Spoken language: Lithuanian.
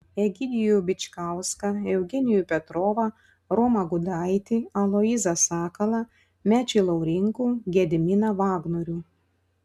egidijų bičkauską eugenijų petrovą romą gudaitį aloyzą sakalą mečį laurinkų gediminą vagnorių